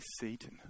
Satan